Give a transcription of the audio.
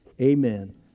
Amen